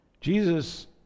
Jesus